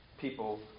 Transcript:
people